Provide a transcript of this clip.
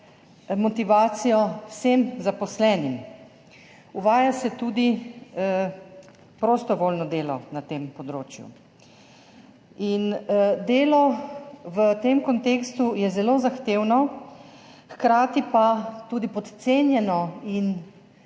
motivacijo vsem zaposlenim. Uvaja se tudi prostovoljno delo na tem področju. Delo v tem kontekstu je zelo zahtevno, hkrati pa tudi podcenjeno in